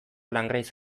langraiz